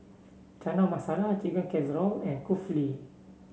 Chana Masala Chicken Casserole and Kulfi